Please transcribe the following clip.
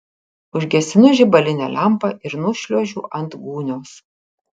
užgesinu žibalinę lempą ir nušliaužiu ant gūnios